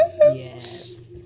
Yes